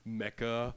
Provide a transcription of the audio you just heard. mecca